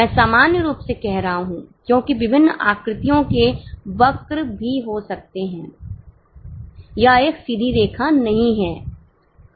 मैं सामान्य रूप से कह रहा हूं क्योंकि विभिन्न आकृतियों के वक्र भी हो सकते हैं यह एक सीधी रेखा नहीं है